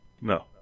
No